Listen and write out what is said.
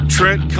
Trent